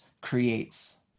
creates